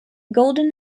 golden